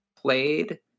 played